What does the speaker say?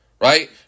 right